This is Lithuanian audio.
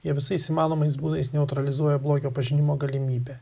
jie visais įmanomais būdais neutralizuoja blogio pažinimo galimybę